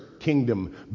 kingdom